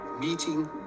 meeting